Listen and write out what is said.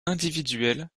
individuelles